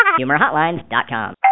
HumorHotlines.com